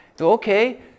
okay